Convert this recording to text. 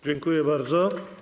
Dziękuję bardzo.